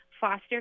foster